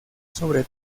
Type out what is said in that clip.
sobre